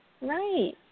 Right